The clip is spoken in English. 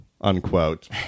unquote